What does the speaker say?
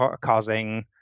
causing